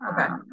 Okay